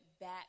back